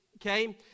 okay